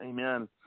Amen